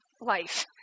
life